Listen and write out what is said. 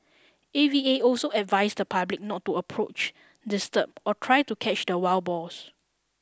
A V A also advised the public not to approach disturb or try to catch the wild boars